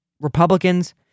Republicans